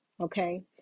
okay